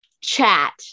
chat